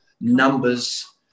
Numbers